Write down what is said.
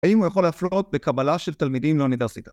‫האם הוא יכול להפלות בקבלה ‫של תלמידים לאוניברסיטה?